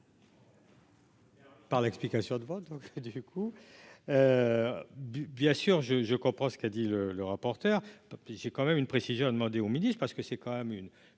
Par l'explication de vote, donc du coup du bien sûr je je comprends ce qu'a dit le le rapporteur, c'est quand même une précision a demandé au midi parce que c'est quand même une